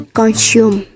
consume